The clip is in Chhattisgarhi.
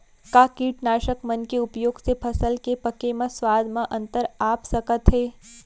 का कीटनाशक मन के उपयोग से फसल के पके म स्वाद म अंतर आप सकत हे?